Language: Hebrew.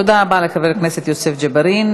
תודה רבה לחבר הכנסת יוסף ג'בארין.